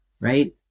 right